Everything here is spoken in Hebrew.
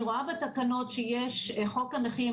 אני רואה בתקנות שיש חוק הנכים,